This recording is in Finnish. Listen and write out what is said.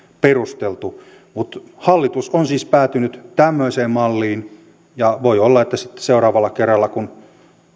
perusteltu mutta hallitus on siis päätynyt tämmöiseen malliin voi olla että sitten seuraavalla kerralla kun